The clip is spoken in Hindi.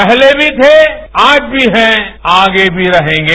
पहले भी थे आज भी हैं आगे भी रहेगे